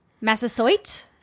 Massasoit